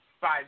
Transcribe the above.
five